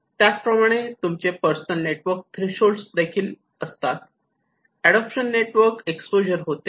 त्याच प्रमाणे तुमचे पर्सनल नेटवर्क थ्रेशोल्ड देखील अडोप्शन नेटवर्क एक्सपोजर होते